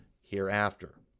hereafter